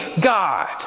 God